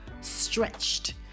stretched